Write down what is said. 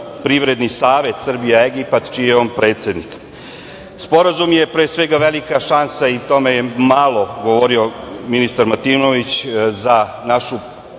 Privredni savet Srbija-Egipat, čiji je on predsednik. Sporazum je pre svega velika šansa i o tome je malo govorio ministar Martinović, za našu poljoprivredu